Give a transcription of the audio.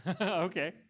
Okay